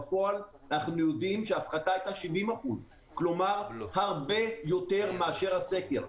בפועל אנחנו יודעים שההפחתה הייתה 70%. כלומר הרבה יותר מאשר הסקר.